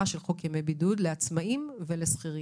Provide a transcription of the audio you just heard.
של חוק ימי בידוד לעצמאים ולשכירים,